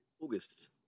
August